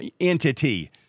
entity